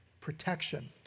protection